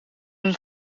een